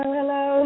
hello